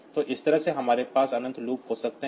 तो इस तरह से हमारे पास अनंत लूप हो सकते हैं